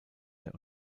der